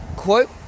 quote